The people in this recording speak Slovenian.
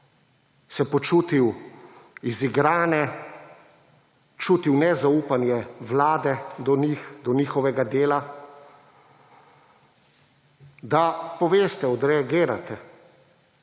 se počutil izigranega, čutil nezaupanje Vlade do njih, do njihovega dela, da poveste, odreagirate.